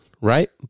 Right